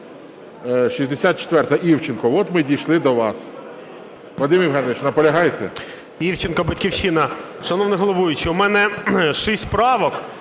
64-а, Івченко. От ми дійшли до вас. Вадим Євгенович, наполягаєте?